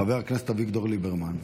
חבר הכנסת אביגדור ליברמן.